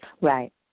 Right